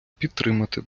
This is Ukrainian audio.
підтримати